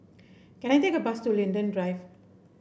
can I take a bus to Linden Drive